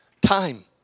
time